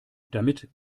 damit